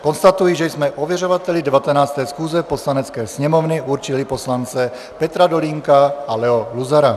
Konstatuji, že jsme ověřovateli 19. schůze Poslanecké sněmovny určili poslance Petra Dolínka a Leo Luzara.